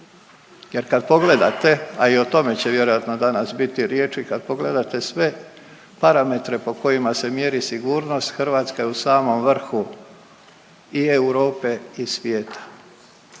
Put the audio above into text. Jer kad pogledate, a i o tome će vjerojatno danas biti riječi kad pogledate sve parametre po kojima se mjeri sigurnost Hrvatska je samom vrhu i Europe i svijeta.